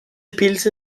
pilze